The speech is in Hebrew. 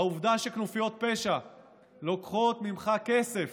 העובדה שכנופיות פשע לוקחות ממך כסף